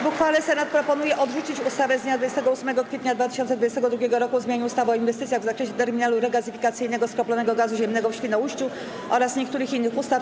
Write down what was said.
W uchwale Senat proponuje odrzucić ustawę z dnia 28 kwietnia 2022 r. o zmianie ustawy o inwestycjach w zakresie terminalu regazyfikacyjnego skroplonego gazu ziemnego w Świnoujściu oraz niektórych innych ustaw.